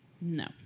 No